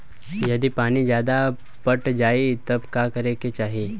यदि पानी ज्यादा पट जायी तब का करे के चाही?